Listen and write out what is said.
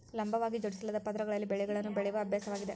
ಲಂಬವಾಗಿ ಜೋಡಿಸಲಾದ ಪದರಗಳಲ್ಲಿ ಬೆಳೆಗಳನ್ನು ಬೆಳೆಯುವ ಅಭ್ಯಾಸವಾಗಿದೆ